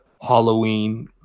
halloween